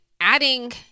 adding